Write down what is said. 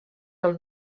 del